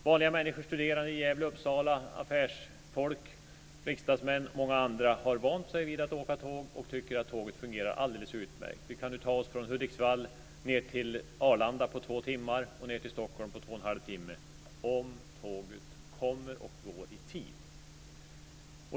Vanliga människor, studerande i Gävle och Uppsala, affärsfolk, riksdagsmän och många andra har vant sig vid att åka tåg och tycker att tåget fungerar alldeles utmärkt. Vi kan ta oss från Hudiksvall ned till Arlanda på två timmar och till Stockholm på två och en halv timmar - om tåget kommer och går i tid.